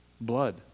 blood